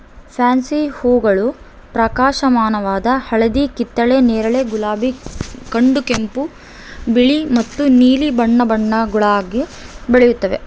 fancy ಹೂಗಳು ಪ್ರಕಾಶಮಾನವಾದ ಹಳದಿ ಕಿತ್ತಳೆ ನೇರಳೆ ಗುಲಾಬಿ ಕಡುಗೆಂಪು ಬಿಳಿ ಮತ್ತು ನೀಲಿ ಬಣ್ಣ ಬಣ್ಣಗುಳಾಗ ಬೆಳೆಯುತ್ತವೆ